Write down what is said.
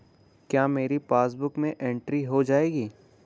क्या मेरी पासबुक में एंट्री हो जाएगी?